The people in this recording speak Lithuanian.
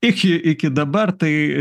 iki iki dabar tai